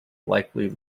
likely